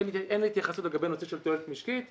אין התייחסות לגבי נושאים של תועלת משקית,